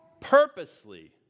purposely